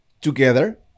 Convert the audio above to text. together